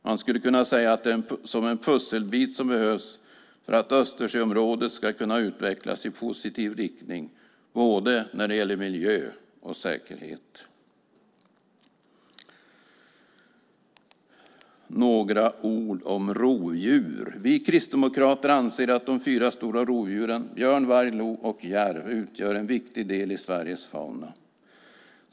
Man skulle kunna säga att det är en pusselbit som behövs för att Östersjöområdet ska kunna utvecklas i positiv riktning när det gäller både miljö och säkerhet. Några ord om rovdjur: Vi kristdemokrater anser att de fyra stora rovdjuren björn, varg, lo och järv utgör en viktig del i Sveriges fauna.